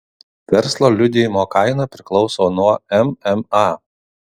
verslo liudijimo kaina priklauso nuo mma